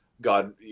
God